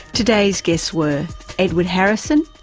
today's guests were edward harrison,